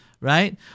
right